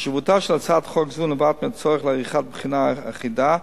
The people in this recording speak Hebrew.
חשיבותה של הצעת חוק זו נובעת מהצורך בעריכת בחינה אחידה,